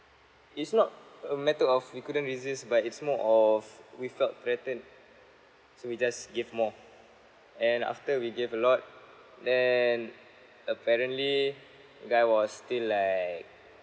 it's not a matter of we couldn't resist but it's more of we felt threatened so we just gave more and after we gave a lot then apparently the guy was still like